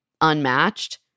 unmatched